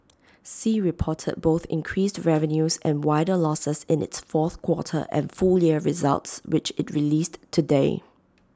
sea reported both increased revenues and wider losses in its fourth quarter and full year results which IT released today